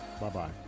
Bye-bye